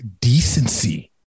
decency